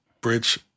bridge